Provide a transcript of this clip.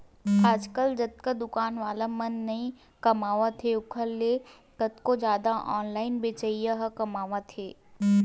आजकल जतका दुकान वाला मन नइ कमावत हे ओखर ले कतको जादा ऑनलाइन बेचइया ह कमावत हें